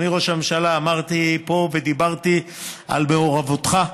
אדוני ראש הממשלה, אמרתי פה ודיברתי על מעורבותך,